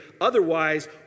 otherwise